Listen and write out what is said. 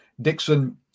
Dixon